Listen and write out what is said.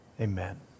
Amen